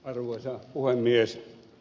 arvoisa puhemies